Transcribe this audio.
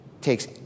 takes